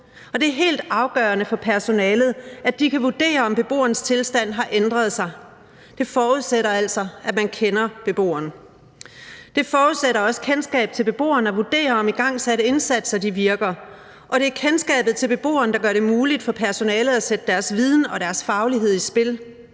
det er helt afgørende for personalet, at det kan vurdere, om beboerens tilstand har ændret sig. Det forudsætter altså, at man kender beboeren. Det forudsætter også kendskab til beboeren at vurdere, om igangsatte indsatser virker. Og det er kendskabet til beboeren, der gør det muligt for personalet at sætte deres viden og deres faglighed i spil.